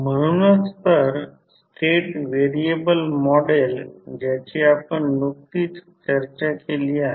म्हणूनच तर state variable model ज्याची आपण नुकतीच चर्चा केली आहे